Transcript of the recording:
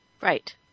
Right